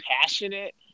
passionate